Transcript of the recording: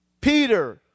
Peter